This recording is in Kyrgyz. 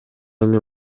эми